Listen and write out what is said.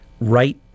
right